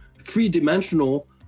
three-dimensional